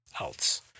else